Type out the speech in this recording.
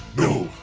no,